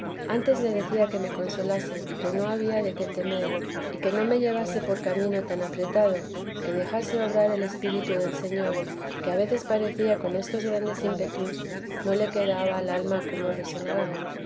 antes le decía que me consolase y que no había de qué temer y que no me llevase por camino tan apretado que dejase obrar el espíritu del señor que a veces parecía con estos grandes ímpetus de espíritu no le quedaba al alma cómo